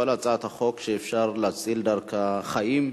כל הצעת חוק שאפשר להציל דרכה חיים,